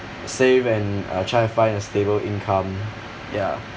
save and uh try to find a stable income ya